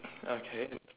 okay